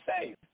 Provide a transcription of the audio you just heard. safe